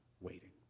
waiting